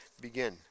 begin